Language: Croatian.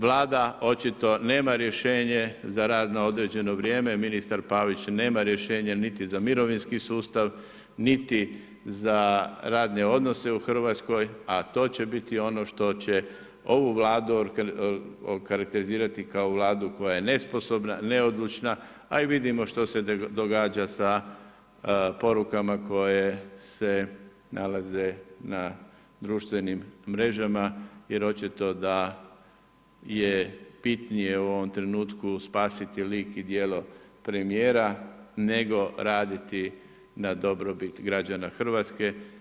Vlada očito nema rješenje za rad na određeno vrijeme, ministar Pavić nema rješenja niti za mirovinski sustav, niti za radne odnose u Hrvatskoj, a to će biti ono što će ovu Vladu okarakterizirati kao Vladu koja je nesposobna, neodlučna, a i vidimo šta se događa da porukama koje se nalaze na društvenim mrežama jer očito da je bitnije u ovom trenutku spasiti lik i djelo premijera nego raditi na dobrobit građana Hrvatske.